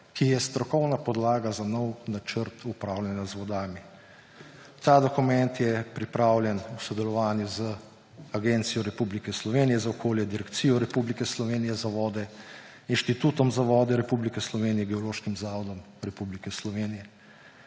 ki je strokovna podlaga za nov načrt upravljanja z vodami. Ta dokument je pripravljen v sodelovanju z Agencijo Republike Slovenije za okolje, Direkcijo Republike Slovenije za vode, Inštitutom za vode Republike Slovenije, Geološkim zavodom Slovenije.